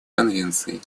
конвенцией